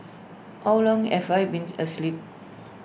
how long have I been asleep